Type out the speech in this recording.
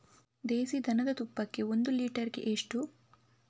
ದೇಸಿ ದನದ ತುಪ್ಪಕ್ಕೆ ಒಂದು ಲೀಟರ್ಗೆ ಎಷ್ಟು?